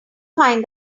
find